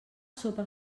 sopa